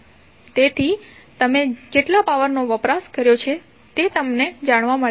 જેથી તમે કેટલા પાવર નો વપરાશ કર્યો છે તે તમને જાણવા મળશે